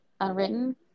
Unwritten